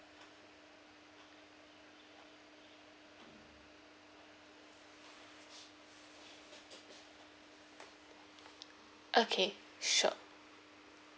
okay sure